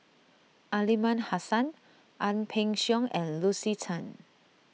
Aliman Hassan Ang Peng Siong and Lucy Tan